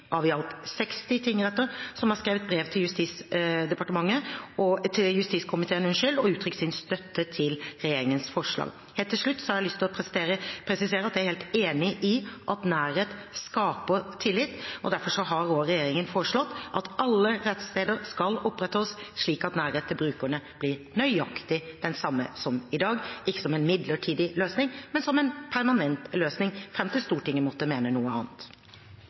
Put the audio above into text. av 40 tingretter – av i alt 60 – som har skrevet brev til justiskomiteen og uttrykt sin støtte til regjeringens forslag. Helt til slutt har jeg lyst til å presisere at jeg er helt enig i at nærhet skaper tillit. Derfor har regjeringen foreslått at alle rettssteder skal opprettholdes, slik at nærheten til brukerne blir nøyaktig den samme som i dag – ikke som en midlertidig løsning, men som en permanent løsning fram til Stortinget måtte mene noe annet.